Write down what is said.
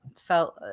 felt